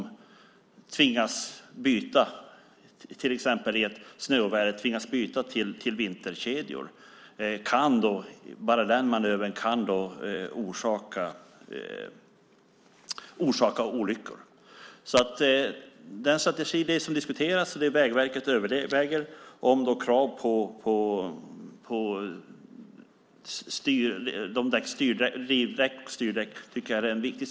Exempelvis kan tunga fordon som i snöoväder tvingas byta till vinterkedjor orsaka olyckor. Den strategi som diskuteras, och det faktum att Vägverket nu överväger krav på drivdäck och styrdäck, tycker jag är viktigt.